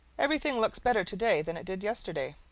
everything looks better today than it did yesterday.